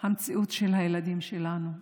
המציאות של הילדים שלנו.